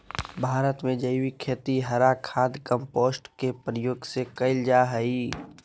भारत में जैविक खेती हरा खाद, कंपोस्ट के प्रयोग से कैल जा हई